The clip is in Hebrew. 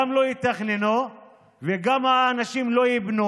גם לא יתכננו וגם האנשים לא ייבנו?